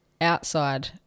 outside